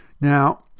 Now